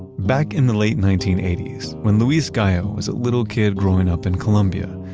back in the late nineteen eighty s, when luis gallo was a little kid growing up in colombia,